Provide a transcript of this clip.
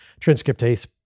transcriptase